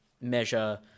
measure